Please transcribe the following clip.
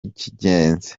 cy’ingenzi